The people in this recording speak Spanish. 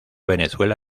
venezuela